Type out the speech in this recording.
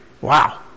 Wow